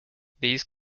these